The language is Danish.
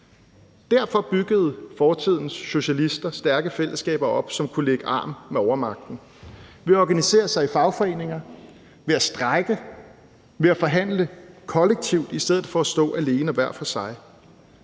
Derfor byggede fortidens socialister stærke fællesskaber op, som kunne lægge arm med overmagten, ved at organisere sig i fagforeninger, ved at strejke og ved at forhandle kollektivt i stedet for at stå alene og hver for sig.